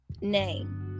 name